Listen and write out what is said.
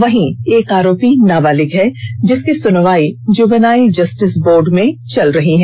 वहीं एक आरोपी नाबालिग है जिसकी सुनवाई जुवेनाइल जस्टिस बोर्ड में चल रही है